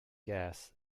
gas